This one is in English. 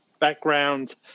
background